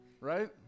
right